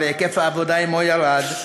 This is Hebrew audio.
/ והיקף העבודה עמו ירד,